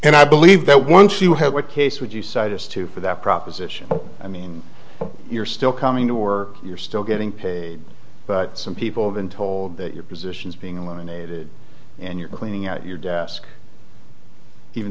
and i believe that once you have a case would you cite as to for that proposition i mean you're still coming to work you're still getting paid but some people have been told that your positions being eliminated and you're cleaning out your desk even